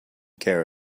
care